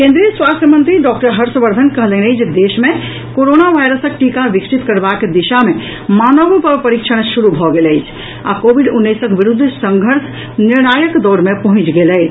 केंद्रीय स्वास्थ्य मंत्री डॉक्टर हर्ष वर्धन कहलनि अछि जे देश मे कोरोना वायरसक टीका विकसित करबाक दिशा मे मानव पर परीक्षण शुरू भऽ गेल अछि आ कोविड उन्नैसक विरूद्ध संघर्ष निर्णायक दौर मे पहुंचि गेल अछि